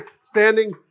standing